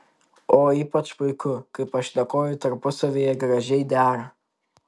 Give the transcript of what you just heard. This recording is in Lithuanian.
o ypač puiku kai pašnekovai tarpusavyje gražiai dera